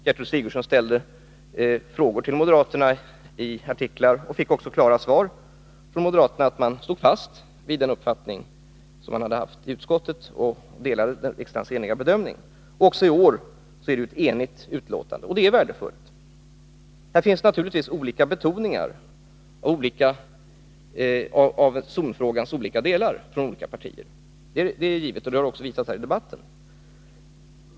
Gertrud Sigurdsen ställde i artiklar frågor till moderaterna och fick också klara svara från moderaterna att de stod fast vid den uppfattning de framfört i utskottet och delade riksdagens enhälliga bedömning. Också i år är betänkandet enhälligt, och det är värdefullt. Olika partier gör naturligtvis olika betoningar av zonfrågans olika delar — det är givet. Det har också visat sig här i debatten.